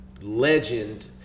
legend